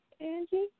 Angie